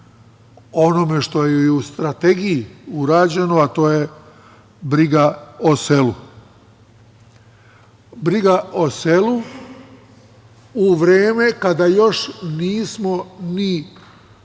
onome što je u strategiji urađeno, a to je briga o selu. Briga o selu u vreme kada još nismo ni,